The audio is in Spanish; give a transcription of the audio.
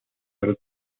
del